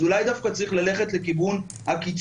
אז אולי דווקא צריך ללכת לכיוון הקיצור.